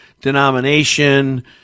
denomination